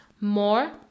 more